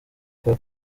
kwa